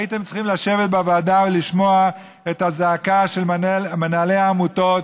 הייתם צריכים לשבת בוועדה ולשמוע את הזעקה של מנהלי העמותות,